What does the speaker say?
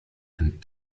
and